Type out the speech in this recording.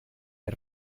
del